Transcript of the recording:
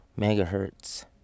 megahertz